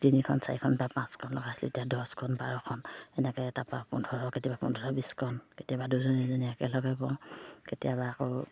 তিনিখন চাৰিখন বা পাঁচখন লগাইছিলোঁ এতিয়া দহখন বাৰখন তেনেকৈ তাপা পোন্ধৰ কেতিয়াবা পোন্ধৰ বিছখন কেতিয়াবা দুজনীজনী দুজনীজনী একে লগে কৰো কেতিয়াবা আকৌ